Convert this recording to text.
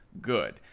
good